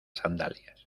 sandalias